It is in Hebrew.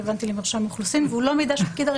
התחושה שאחת לכמה חודשים או כמה שנים